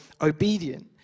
obedient